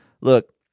Look